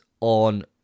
on